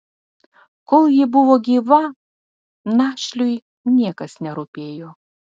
kol ji buvo gyva našliui niekas nerūpėjo